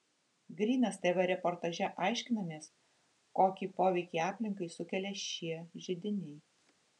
grynas tv reportaže aiškinamės kokį poveikį aplinkai sukelia šie židiniai